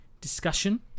discussion